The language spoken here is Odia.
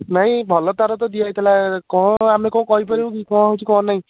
ନାଇଁ ଭଲ ତାର ତ ଦିଆ ହେଇଥିଲା କ'ଣ ଆମେ କ'ଣ କହିପାରିବୁ କି କ'ଣ ହେଉଛି କ'ଣ ନାଇଁ